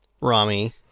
Rami